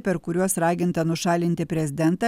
per kuriuos raginta nušalinti prezidentą